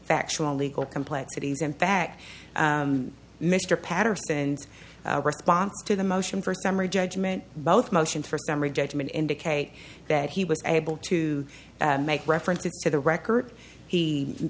factual legal complexities in fact mr patterson's response to the motion for summary judgment both motion for summary judgment indicate that he was able to make references to the record he